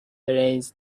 brains